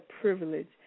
privilege